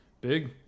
Big